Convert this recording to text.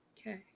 Okay